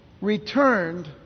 returned